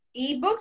Ebooks